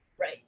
right